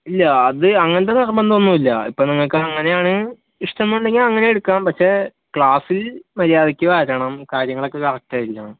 ഇല്ല അത് അങ്ങനത്തെ നിർബന്ധമൊന്നും ഇല്ല ഇപ്പം നിങ്ങൾക്ക് അങ്ങനെയാണ് ഇഷ്ടം എന്നുണ്ടെങ്കിൽ അങ്ങനെ എടുക്കാം പക്ഷേ ക്ലാസിൽ മര്യാദയ്ക്ക് വരണം കാര്യങ്ങളൊക്കെ കറക്റ്റായിരിക്കണം